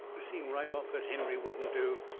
i seen right off that henry wouldn't do.